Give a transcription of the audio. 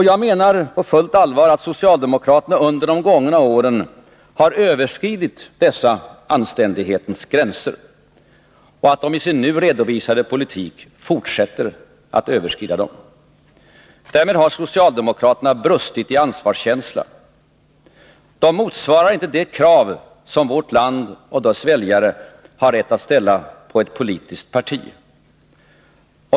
Jag menar på fullt allvar att socialdemokraterna under de gångna åren har överskridit dessa anständighetens gränser och att de i sin nu redovisade politik fortsätter att överskrida dem. Därmed har socialdemokraterna brustit i ansvarskänsla. De motsvarar inte de krav som vårt land och dess väljare har rätt att ställa på ett politiskt parti.